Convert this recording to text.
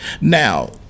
Now